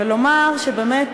ולומר שבאמת,